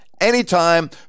anytime